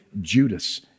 Judas